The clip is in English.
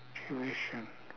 tuition